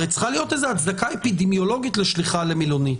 הרי צריכה להיות איזושהי הצדקה אפידמיולוגית לשליחה למלונית.